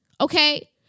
okay